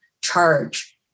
charge